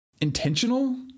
intentional